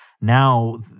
now